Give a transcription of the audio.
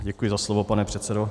Děkuji za slovo, pane předsedo.